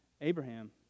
Abraham